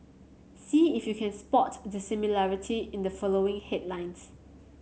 see if you can spot the similarity in the following headlines